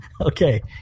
Okay